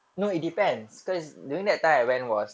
no it depends because during that time I went was